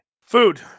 Food